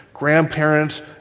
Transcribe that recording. grandparents